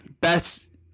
Best